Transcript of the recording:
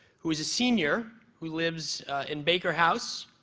who is a senior who lives in baker house.